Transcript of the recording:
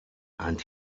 and